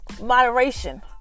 Moderation